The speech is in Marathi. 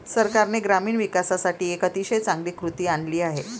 सरकारने ग्रामीण विकासासाठी एक अतिशय चांगली कृती आणली आहे